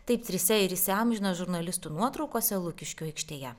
taip trise ir įsiamžino žurnalistų nuotraukose lukiškių aikštėje